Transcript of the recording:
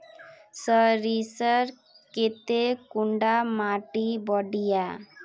सरीसर केते कुंडा माटी बढ़िया?